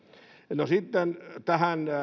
no sitten tähän